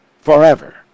forever